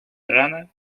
ирана